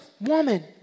woman